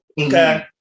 okay